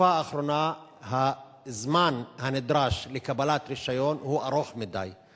בתקופה האחרונה הזמן הנדרש לקבלת רשיון ארוך מדי.